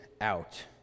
out